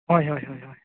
ᱦᱳᱭ ᱦᱳᱭ ᱦᱳᱭ